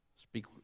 speak